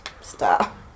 Stop